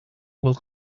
will